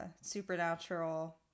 supernatural